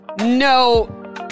No